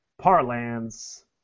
Parlance